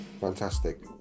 Fantastic